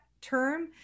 term